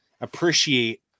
appreciate